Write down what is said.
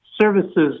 services